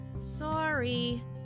Sorry